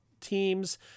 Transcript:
teams